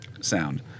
sound